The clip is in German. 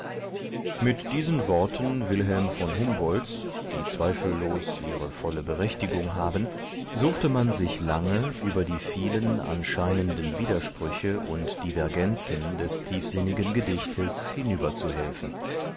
mit diesen worten w v humboldts die zweifellos ihre volle berechtigung haben suchte man sich lange über die vielen anscheinenden widersprüche und divergenzen des tiefsinnigen gedichtes hinüberzuhelfen